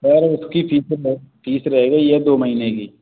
sir उसकी fees रह गई है दो महीने की